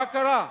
מה קרה?